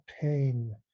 pain